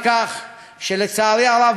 לצערי הרב,